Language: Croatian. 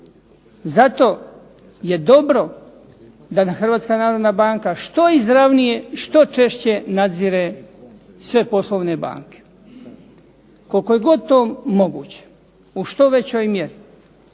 Zato je dobro da nam Hrvatska narodna banka što izravnije i što češće nadzire sve poslovne banke, koliko je god to moguće, u što većoj mjeri.